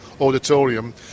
auditorium